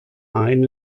ein